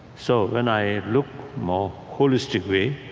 so when i look more holistically,